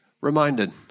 reminded